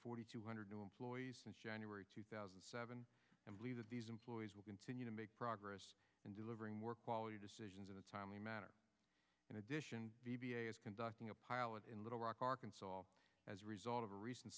forty two hundred new employees since january two thousand and seven and believe that these employees will continue to make progress in delivering more quality decisions in a timely manner in addition conducting a pilot in little rock arkansas as a result of a recent